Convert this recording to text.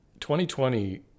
2020